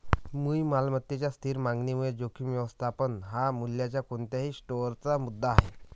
मूळ मालमत्तेच्या स्थिर मागणीमुळे जोखीम व्यवस्थापन हा मूल्याच्या कोणत्याही स्टोअरचा मुद्दा आहे